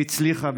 היא הצליחה,